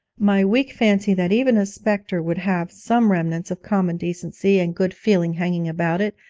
my weak fancy that even a spectre would have some remnants of common decency and good-feeling hanging about it,